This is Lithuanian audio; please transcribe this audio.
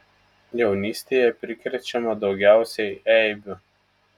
jaunystėje prikrečiama daugiausiai eibių